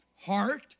heart